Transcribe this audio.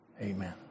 Amen